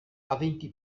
aventi